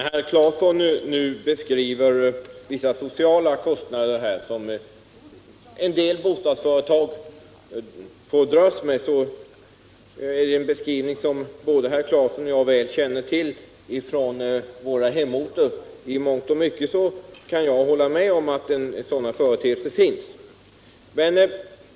Herr talman! De sociala kostnader som en del bostadsföretag får dras med känner både herr Claeson och jag väl till från våra hemorter. I mångt och mycket kan jag hålla med om att sådana företeelser finns.